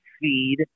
feed